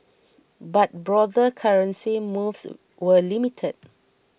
but broader currency moves were limited